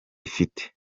ifite